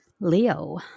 Leo